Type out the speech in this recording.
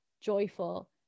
joyful